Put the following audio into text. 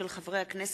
מאת חבר הכנסת